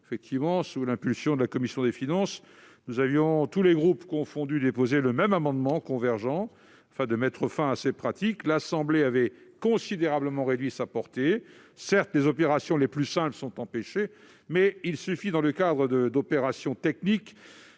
a trois ans, sous l'impulsion de la commission des finances, nous avions, tous groupes confondus, déposé le même amendement afin de mettre fin à ces pratiques, mais l'Assemblée nationale en avait considérablement réduit la portée. Certes, les opérations les plus simples sont empêchées, mais il suffit que, dans le cadre d'opérations techniques